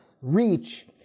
reach